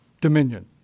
dominion